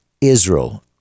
Israel